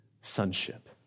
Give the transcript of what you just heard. Sonship